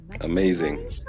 Amazing